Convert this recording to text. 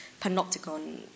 panopticon